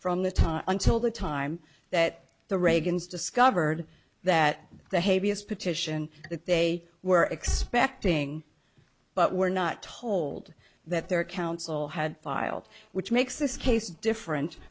from the time until the time that the reagans discovered that the heaviest petition that they were expecting but were not told that their counsel had filed which makes this case different